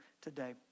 today